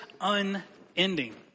unending